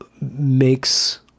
makes